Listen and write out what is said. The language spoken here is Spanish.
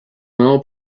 nuevo